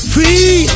Free